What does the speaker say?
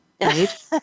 right